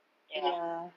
ya